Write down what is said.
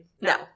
No